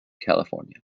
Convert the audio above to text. california